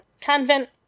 convent